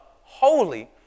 holy